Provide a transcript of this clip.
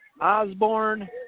Osborne